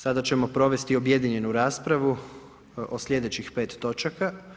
Sada ćemo provesti objedinjenu raspravu o slijedećih pet točaka.